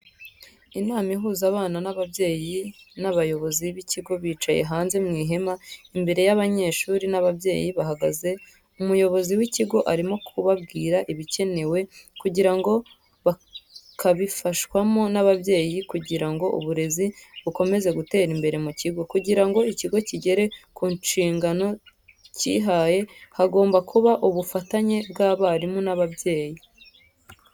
Inama ihuza abana nababyeyi nabayobozi bikigo bicaye hanze mwihema imbere yabanyeshuri nababyeyi hagaze umuyobozi wikigo arimo kubabwira ibicyenewe kukigo bakabifashwamo nababyeyi kugirango uburezi bukomeze butere imbere mukigo. kugirango ikigo kigere kunshingano kihaye hagomba kuba ubufatanye bwabarimu nababyeyi.